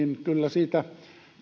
kyllä siitä